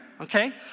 Okay